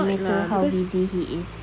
no matter how busy he is